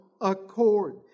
accord